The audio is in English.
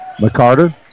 mccarter